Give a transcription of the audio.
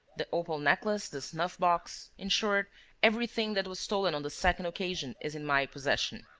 the opal necklace, the snuff-box, in short everything that was stolen on the second occasion is in my possession.